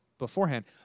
beforehand